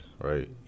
right